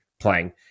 Playing